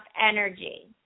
energy